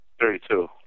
Thirty-two